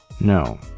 No